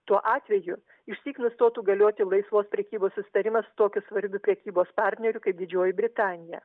tuo atveju išsyk nustotų galioti laisvos prekybos susitarimas tokiu svarbiu prekybos partneriu kaip didžioji britanija